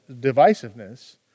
divisiveness